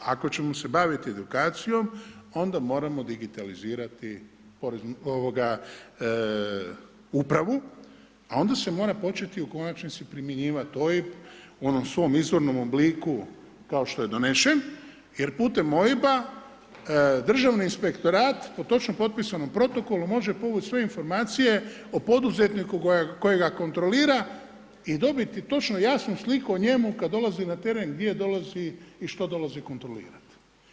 A ako ćemo se baviti edukacijom onda moramo digitalizirati upravu, a onda se mora početi u konačnici primjenjivati OIB, u onom svom izvornom obliku, kao što je donešen, jer putem OIB-a državni inspektorat po točno propisanom protokolu može povući sve informacije o poduzetniku kojega kontrolira i dobiti točno jasnu sliku o njemu kad dolazi na teren, gdje dolazi i što dolazi kontrolirati.